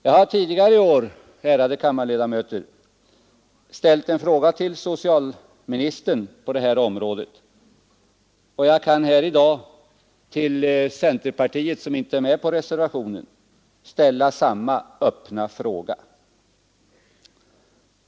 Jag har tidigare i år, ärade kammarledamöter, ställt en fråga till socialministern på det här området, och jag kan i dag till centerpartiet, som inte är med på reservationen, ställa samma öppna fråga.